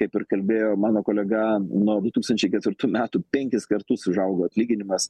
na kaip ir kalbėjo mano kolega nuo du tūkstančiai ketvirtų metų penkis kartus užaugo atlyginimas